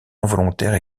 involontaire